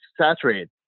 saturated